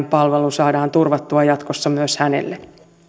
palvelu saadaan turvattua jatkossa myös hänelle